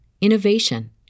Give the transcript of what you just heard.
innovation